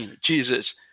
Jesus